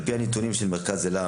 על פי הנתונים של מרכז אלה,